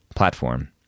platform